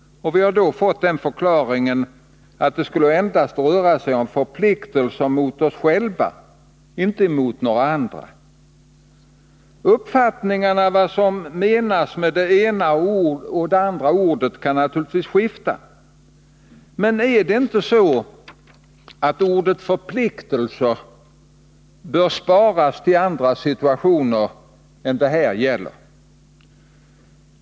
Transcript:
Vi har då fått förklaringen att det endast skulle röra sig om förpliktelser mot oss själva, inte mot några andra. Uppfattningarna om vad som menas med det ena eller det andra ordet kan naturligtvis skifta. Men är det inte så, att ordet förpliktelser bör sparas för andra situationer än dem som det här gäller?